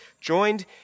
joined